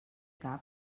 cap